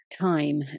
time